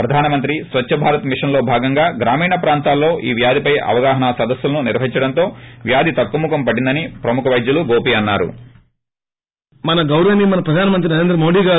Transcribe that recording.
ప్రధానమంత్రి స్వచ్చ భారత్ మిషన్ లో భాగంగా గ్రామీణ ప్రాంతాల్లో ఈ వ్యాధిపై అవగాహన సదస్పులు నిర్వహించడంతో ఈ వ్యాధి తగ్గుముఖం పట్టిందని ప్రముఖ వైద్యులు గోపి అన్సారు